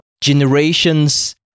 generations